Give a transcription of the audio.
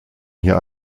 hier